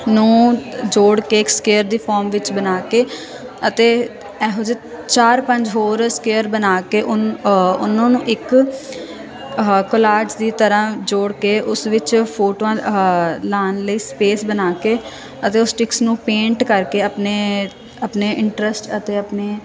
ਨੂੰ ਜੋੜ ਕੇ ਇੱਕ ਸਕੇਅਰ ਦੀ ਫੋਰਮ ਵਿੱਚ ਬਣਾ ਕੇ ਅਤੇ ਇਹੋ ਜਿਹੇ ਚਾਰ ਪੰਜ ਹੋਰ ਸਕੇਅਰ ਬਣਾ ਕੇ ਉਨ ਉਹਨਾਂ ਨੂੰ ਇੱਕ ਕੋਲਾਜ ਦੀ ਤਰ੍ਹਾਂ ਜੋੜ ਕੇ ਉਸ ਵਿੱਚ ਫੋਟੋਆਂ ਲਾਣ ਲਈ ਸਪੇਸ ਬਣਾ ਕੇ ਅਤੇ ਉਸ ਸਟਿਕਸ ਨੂੰ ਪੇਂਟ ਕਰਕੇ ਆਪਣੇ ਆਪਣੇ ਇੰਟਰਸਟ ਅਤੇ ਆਪਣੇ